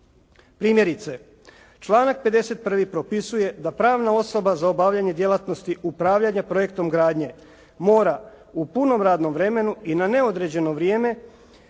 Primjerice članak 51. propisuje da pravna osoba za obavljanje djelatnosti upravljanja projektom gradnje mora u punom radnom vremenu i na neodređeno vrijeme